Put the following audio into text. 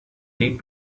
taped